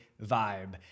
vibe